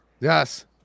Yes